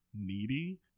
needy